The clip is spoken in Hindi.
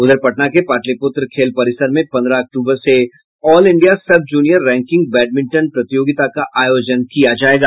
उधर पटना के पाटलिपुत्र खेल परिसर में पंद्रह अक्टूबर से all India sub junior ranking badminton प्रतियोगिता का आयोजन किया जायेगा